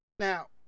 Now